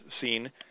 seen